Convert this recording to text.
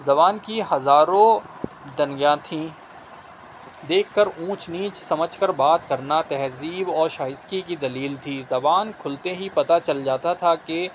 زبان کی ہزاروں دنیاں تھی دیکھ کر اونچ نیچ سمجھ کر بات کرنا تہذیب اور شائستگی کی دلیل تھی زبان کھلتے ہی پتہ چل جاتا تھا کہ